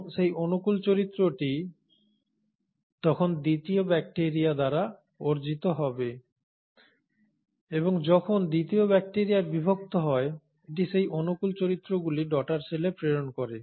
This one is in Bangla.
এবং সেই অনুকূল চরিত্রটি তখন দ্বিতীয় ব্যাকটিরিয়া দ্বারা অর্জিত হবে এবং যখন দ্বিতীয় ব্যাকটেরিয়া বিভক্ত হয় এটি এই অনুকূল চরিত্রগুলি ডটার সেলে প্রেরণ করে